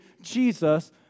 Jesus